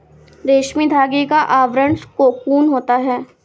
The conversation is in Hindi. रेशमी धागे का आवरण कोकून होता है